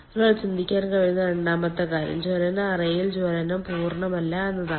ഒരാൾക്ക് ചിന്തിക്കാൻ കഴിയുന്ന രണ്ടാമത്തെ കാര്യം ജ്വലന അറയിൽ ജ്വലനം പൂർണ്ണമല്ല എന്നതാണ്